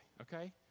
okay